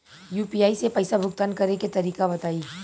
UPI से पईसा भुगतान करे के तरीका बताई?